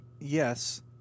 yes